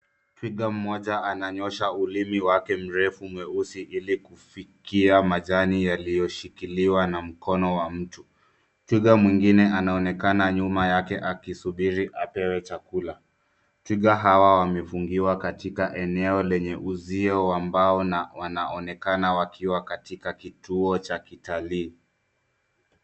Twiga moja ananyosha mwili wake mrefu mweusi ili kufikia majani yaliyoshikiliwa na mkono wa mtu. Twiga mwingine anaonekana nyuma yake akisubiri apewe chakula. Twiga hawa wamefungiwa katika eneo lenye uzio wa mbao na wanaonekana wakiwa katika kituo cha kitalii.